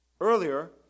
Earlier